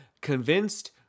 convinced